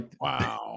Wow